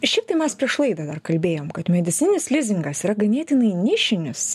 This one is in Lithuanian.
šiaip tai mes prieš laidą dar kalbėjom kad medicininis lizingas yra ganėtinai nišinis